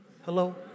Hello